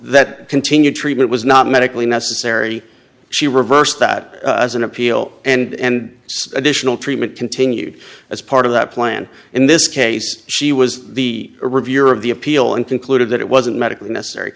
that continued treatment was not medically necessary she reversed that as an appeal and additional treatment continue as part of that plan in this case she was the reviewer of the appeal and concluded that it wasn't medically necessary